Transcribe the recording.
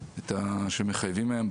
שמחייבים בהן,